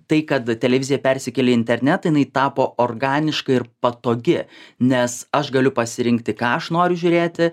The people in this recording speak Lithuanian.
tai kad televizija persikėlė į internetą jinai tapo organiška ir patogi nes aš galiu pasirinkti ką aš noriu žiūrėti